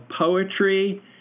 poetry